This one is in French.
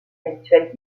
inhabituels